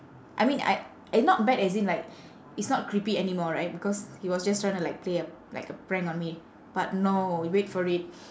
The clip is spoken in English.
I mean I it's not bad as in like it's not creepy anymore right because he was just trying to like play a like a prank on me but no you wait for it